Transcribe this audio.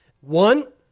One